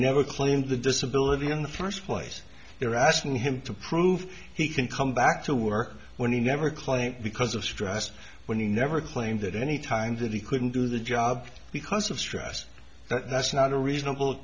never claimed the disability in the first place you're asking him to prove he can come back to work when he never claimed because of stress when he never claimed that any time that he couldn't do the job because of stress that's not a reasonable